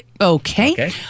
Okay